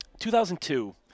2002